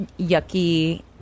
yucky